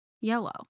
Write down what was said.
Yellow